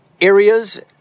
areas